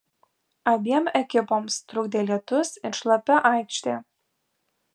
abiem ekipoms trukdė lietus ir šlapia aikštė